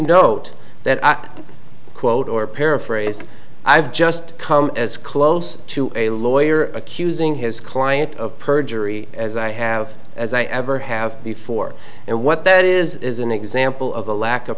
note that i quote or paraphrase i've just come as close to a lawyer accusing his client of perjury as i have as i ever have before and what that is is an example of the lack of